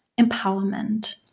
empowerment